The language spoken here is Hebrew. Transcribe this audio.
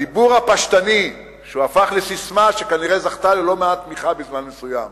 הדיבור הפשטני, שהפך לססמה שכנראה זכתה בזמן מסוים